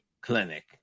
clinic